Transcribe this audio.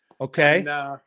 Okay